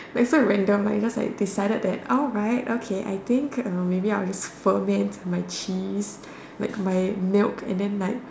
like so random right they just like decided that alright okay I think uh I will just ferment my cheese like my milk and then like